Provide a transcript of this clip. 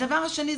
הדבר השני,